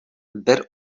бер